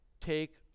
Take